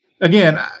again